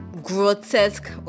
Grotesque